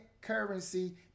currency